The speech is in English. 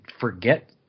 forget